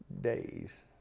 days